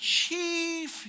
chief